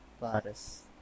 paris